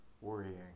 worrying